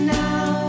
now